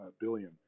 billion